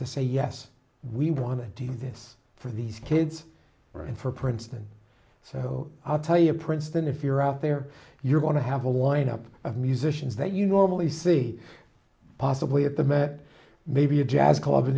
to say yes we want to do this for these kids are in for princeton so i'll tell you princeton if you're out there you're going to have a lineup of musicians that you normally see possibly at the met maybe a jazz club in